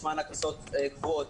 יש מענק הוצאות קבועות,